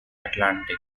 atlantic